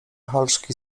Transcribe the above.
halszki